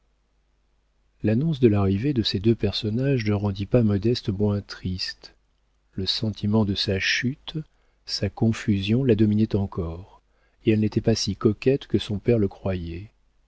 l'annonce de l'arrivée de ces deux personnages ne rendit pas modeste moins triste le sentiment de sa chute sa confusion la dominaient encore et elle n'était pas si coquette que son père le croyait